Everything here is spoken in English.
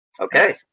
Okay